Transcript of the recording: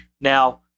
Now